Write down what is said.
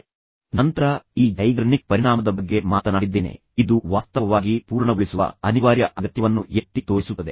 ತದನಂತರ ನಾನು ಈ ಝೈಗರ್ನಿಕ್ ಪರಿಣಾಮದ ಬಗ್ಗೆ ಮಾತನಾಡಿದ್ದೇನೆ ಇದು ವಾಸ್ತವವಾಗಿ ಪೂರ್ಣಗೊಳಿಸುವ ಅನಿವಾರ್ಯ ಅಗತ್ಯವನ್ನು ಎತ್ತಿ ತೋರಿಸುತ್ತದೆ